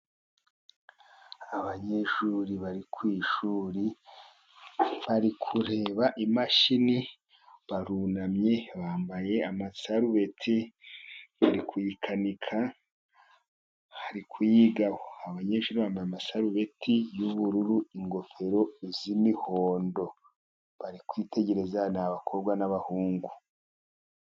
Abanyeshuri bari ku ishuri, bari kureba imashini, barunamye, bambaye amasarubeti, bari kuyikanika, bari kuyigaho, abanyeshuri bambaye amasarubeti y'ubururu, ingofero z'imihondo, bari kwitegereza, ni abakobwa n'abahungu.